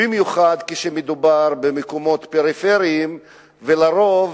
במיוחד כשמדובר במקומות פריפריים, ולרוב,